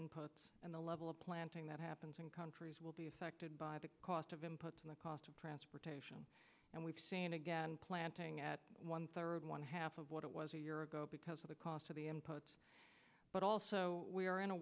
inputs and the level of planting that happens in countries will be affected by the cost of inputs and the cost of transportation and we've seen again planting at one third one half of what it was a year ago because of the cost of the inputs but also we are in a